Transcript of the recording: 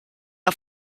are